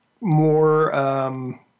more